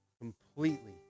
completely